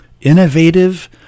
innovative